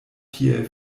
tiel